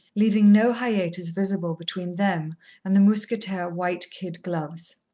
leaving no hiatus visible between them and the mousquetaire white-kid gloves.